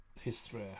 history